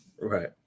right